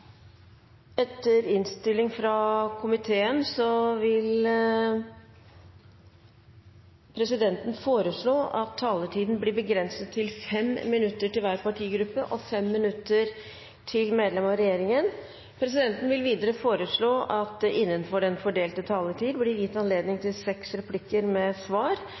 Etter ønske fra næringskomiteen vil presidenten foreslå at taletiden blir begrenset til 5 minutter til hver partigruppe og 5 minutter til medlem av regjeringen. Presidenten vil videre foreslå at det blir gitt anledning til seks replikker med svar